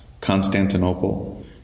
Constantinople